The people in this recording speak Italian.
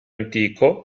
antico